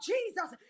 Jesus